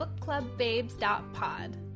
bookclubbabes.pod